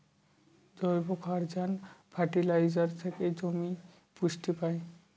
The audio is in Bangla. যবক্ষারজান ফার্টিলাইজার থেকে জমি পুষ্টি পায়